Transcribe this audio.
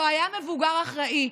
לא היה מבוגר אחראי.